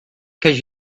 cause